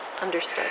Understood